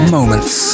Moments